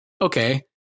okay